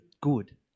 good